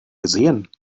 gesehen